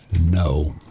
No